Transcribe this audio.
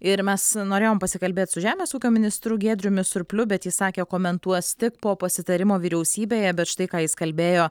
ir mes norėjom pasikalbėt su žemės ūkio ministru giedriumi surpliu bet jis sakė komentuos tik po pasitarimo vyriausybėje bet štai ką jis kalbėjo